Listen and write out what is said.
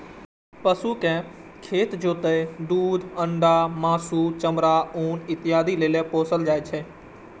पशु कें खेत जोतय, दूध, अंडा, मासु, चमड़ा, ऊन इत्यादि लेल पोसल जाइ छै